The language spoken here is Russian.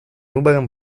выборам